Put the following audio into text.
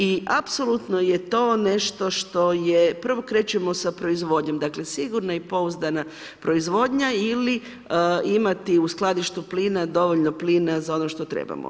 I apsolutno je to nešto što je prvo krećemo sa proizvodnjom, dakle sigurna i pouzdana proizvodnja ili imati u skladištu plina dovoljno plina za ono što trebamo.